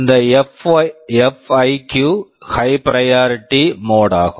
இந்த F I Q FIQ high priority high priority mode mode ஆகும்